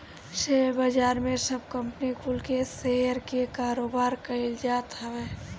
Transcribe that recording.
share बाजार में सब कंपनी कुल के शेयर के कारोबार कईल जात हवे